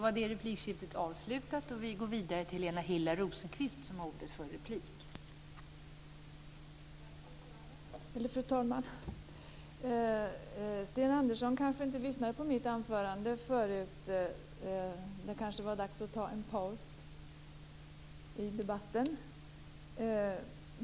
Fru talman! Sten Andersson kanske inte lyssnade på mitt anförande. Det var kanske dags att ta en paus i debatten.